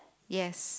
yes